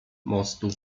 mostu